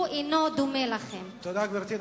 הוא אינו דומה לכם, תודה, גברתי.